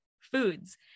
foods